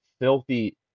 filthy